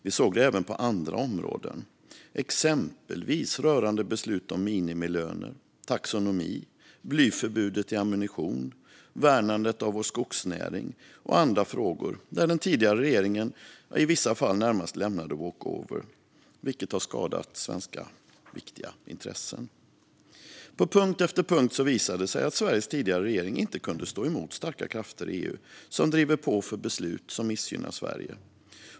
Vi såg det även på andra områden, exempelvis rörande beslut om minimilöner, taxonomi, blyförbudet i ammunition, värnandet av vår skogsnäring och andra frågor. Den tidigare regeringen lämnade i vissa fall närmast walkover, vilket har skadat viktiga svenska intressen. På punkt efter punkt visade det sig att Sveriges tidigare regering inte kunde stå emot starka krafter i EU som driver på för beslut som missgynnar Sverige.